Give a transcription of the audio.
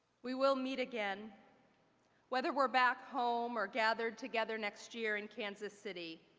we will meet again whether we're back home, or gathered together next year and kansas city.